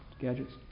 gadgets